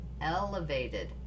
elevated